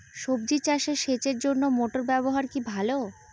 সবজি চাষে সেচের জন্য মোটর ব্যবহার কি ভালো?